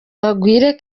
bagwire